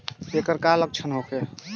ऐकर का लक्षण होखे?